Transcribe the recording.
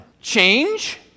change